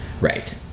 right